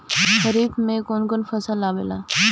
खरीफ में कौन कौन फसल आवेला?